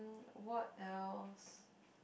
what else